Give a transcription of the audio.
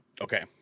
Okay